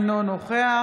אינו נוכח